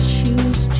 choose